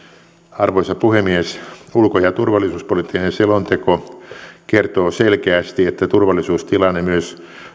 arvoisa puhemies ulko ja turvallisuuspoliittinen selonteko kertoo selkeästi että turvallisuustilanne myös